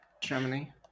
Germany